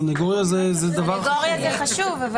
סנגוריה זה דבר חשוב.